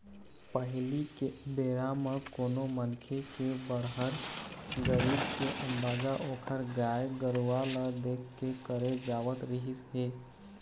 पहिली के बेरा म कोनो मनखे के बड़हर, गरीब के अंदाजा ओखर गाय गरूवा ल देख के करे जावत रिहिस हे